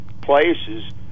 places